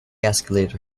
escalators